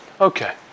Okay